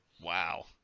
Wow